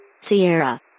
Sierra